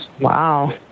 Wow